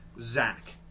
Zach